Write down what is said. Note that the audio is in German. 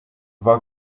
war